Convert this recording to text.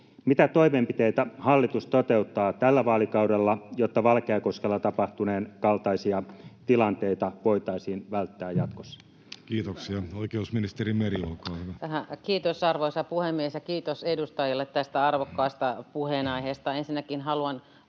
mitä toimenpiteitä hallitus toteuttaa tällä vaalikaudella, jotta Valkeakoskella tapahtuneen kaltaisia tilanteita voitaisiin välttää jatkossa? Kiitoksia. — Oikeusministeri Meri, olkaa hyvä. Kiitos, arvoisa puhemies! Kiitos edustajalle tästä arvokkaasta puheenaiheesta.